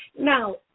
Now